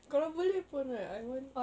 kalau boleh pun right I want